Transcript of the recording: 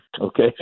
Okay